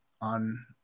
on